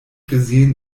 gesehen